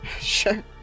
sure